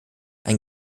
ein